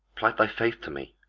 plight thy faith to me.